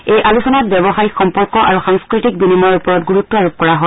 এই আলোচনাত ব্যৱসায়িক সম্পৰ্ক আৰু সাংস্কৃতিক বিনিময়ৰ ওপৰত গুৰুত্ আৰোপ কৰা হয়